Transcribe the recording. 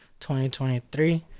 2023